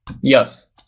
yes